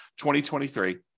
2023